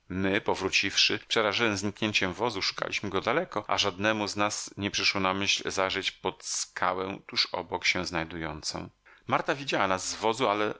my powróciwszy przerażeni zniknięciem wozu szukaliśmy go daleko a żadnemu z nas nie przyszło na myśl zajrzeć pod skalę tuż obok się znajdującą marta widziała nas z wozu ale